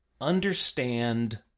understand